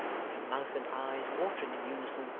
with her mouth and eyes watering in unison,